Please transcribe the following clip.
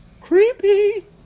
Creepy